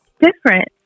different